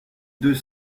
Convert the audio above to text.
deux